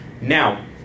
Now